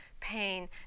pain